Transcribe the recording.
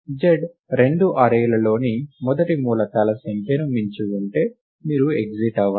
z రెండు array లలోని మొత్తం మూలకాల సంఖ్యను మించి ఉంటే మీరు ఎగ్జిట్ అవ్వండి